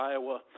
Iowa